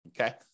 Okay